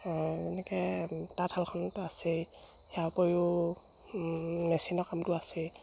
এনেকে তাঁতশালখনতো আছেই তাৰ উপৰিও মেচিনৰ কামটো আছেই